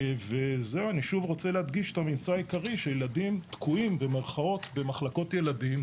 אני שוב רוצה להדגיש את הממצא העיקרי שילדים תקועים במחלקות ילדים,